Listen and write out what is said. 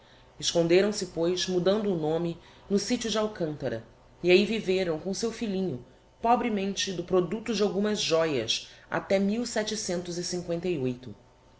seus esconderam se pois mudando o nome no sitio de alcantara e ahi viveram com o seu filhinho pobremente do producto de algumas joias até